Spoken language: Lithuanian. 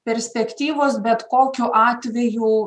perspektyvos bet kokiu atveju